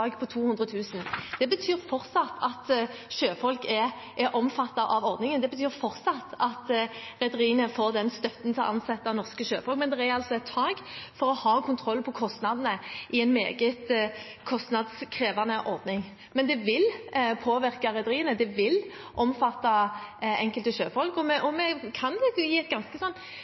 på 200 000 kr. Det betyr fortsatt at sjøfolk er omfattet av ordningen, og det betyr fortsatt at rederiene får støtte til å ansette norske sjøfolk. Men det er altså et tak, for å ha kontroll på kostnadene i en meget kostnadskrevende ordning. Men det vil påvirke rederiene, og det vil omfatte enkelte sjøfolk, og vi kan gi et ganske